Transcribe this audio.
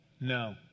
No